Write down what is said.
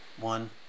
one